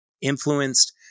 influenced